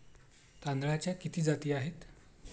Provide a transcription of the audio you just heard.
तांदळाच्या किती जाती आहेत?